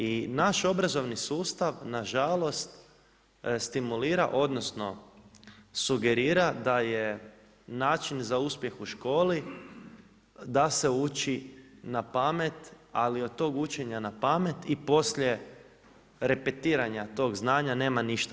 I naš obrazovni sustav nažalost stimulira, odnosno sugerira da je način za uspjeh u školi da se uči na pamet, ali od tog učenja na pamet i poslije repetiranja tog znanja nema ništa.